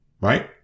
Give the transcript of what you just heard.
right